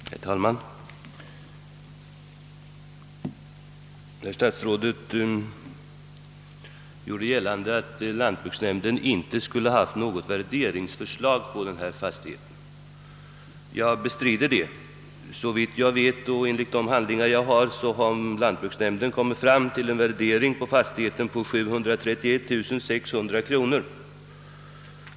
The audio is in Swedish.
Herr talman! Herr statsrådet gjorde gällande att lantbruksnämnden inte skulle ha haft något värderingsförslag beträffande denna fastighet. Jag bestridér det. Enligt de handlingar jag har tillgängliga har lantbruksnämnden : värderat fastigheten till 731 600 kronor.